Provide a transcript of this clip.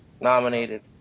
nominated